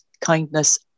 kindness